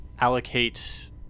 allocate